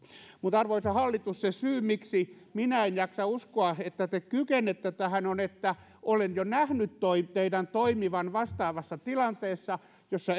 mutta arvoisa hallitus se syy miksi minä en jaksa uskoa että te kykenette tähän on se että olen jo nähnyt teidän toimivan vastaavassa tilanteessa jossa